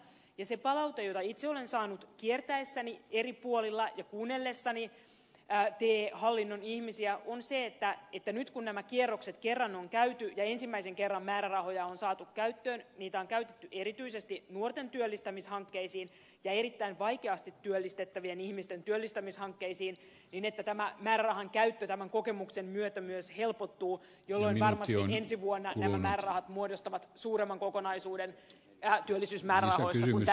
se palaute jota itse olen saanut kiertäessäni eri puolilla ja kuunnellessani te hallinnon ihmisiä on se että nyt kun nämä kierrokset kerran on käyty ja ensimmäisen kerran määrärahoja on saatu käyttöön niitä on käytetty erityisesti nuorten työllistämishankkeisiin ja erittäin vaikeasti työllistettävien ihmisten työllistämishankkeisiin niin että tämä määrärahan käyttö tämän kokemuksen myötä myös helpottuu jolloin varmasti ensi vuonna nämä määrärahat muodostavat suuremman osuuden työllisyysmäärärahoista kuin tänä vuonna